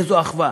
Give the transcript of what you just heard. איזו אחווה.